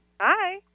Hi